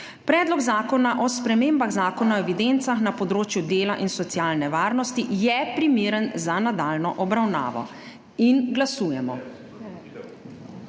Predlog zakona o spremembah Zakona o evidencah na področju dela in socialne varnosti je primeren za nadaljnjo obravnavo. Glasujemo.